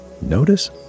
Notice